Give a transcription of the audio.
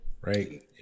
right